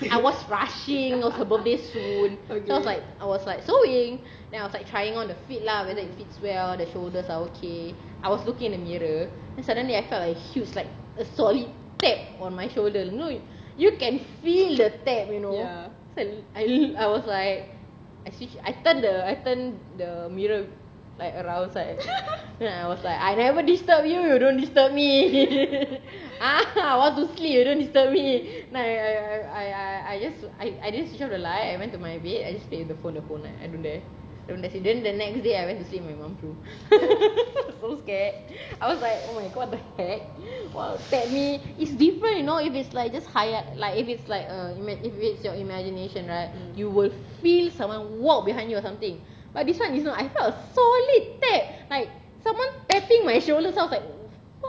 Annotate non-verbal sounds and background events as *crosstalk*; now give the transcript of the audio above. I was rushing it was her birthday soon so I was like I was like sewing then I was like trying on the feet lah whether it fits well the shoulders are okay I was looking in the mirror then suddenly I felt like a huge like a solid tap on my shoulder you know you can feel the tap you know and I was like I switch I turn the I turn the mirror like around then I was like I never disturb you you don't disturb me *laughs* ha I want to sleep you don't disturb me and then I I just I I didn't switch off the light I went to my bed I just play the phone the whole night I don't dare the next day I went to sleep with my mum *laughs* I was so scared I was like oh my god the heck tap me is different you know if it's like just khayal like if it's like uh you mean if it's your imagination right you will feel someone walk behind you or something but this [one] is not I felt sold tap like someone tapping my shoulder sounds like